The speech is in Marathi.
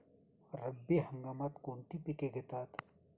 रब्बी हंगामात कोणती पिके घेतात?